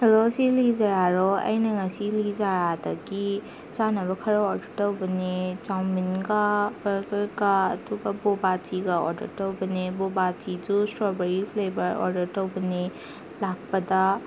hello ꯁꯤ ꯂꯤꯖꯔꯥꯔꯣ ꯑꯩꯅ ꯉꯁꯤ ꯂꯤꯖꯔꯥꯗꯒꯤ ꯆꯥꯅꯕ ꯈꯔ ꯑꯣꯗꯔ ꯇꯧꯕꯅꯦ ꯆꯥꯎꯃꯤꯟꯒ ꯕꯔꯒꯔꯒ ꯑꯗꯨꯒ ꯕꯣꯕꯥꯆꯤꯒ ꯑꯣꯗꯔ ꯇꯧꯕꯅꯦ ꯕꯣꯕꯥꯆꯤꯗꯨ ꯏꯁꯇ꯭ꯔꯣꯕꯦꯔꯤ ꯐ꯭ꯂꯦꯕꯔ ꯑꯣꯗꯔ ꯇꯧꯕꯅꯦ ꯂꯥꯛꯄꯗ